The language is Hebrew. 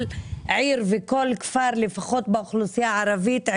עיר וכל כפר לפחות באוכלוסייה הערבית,